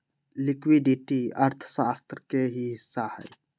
liquidity अर्थशास्त्र के ही हिस्सा हई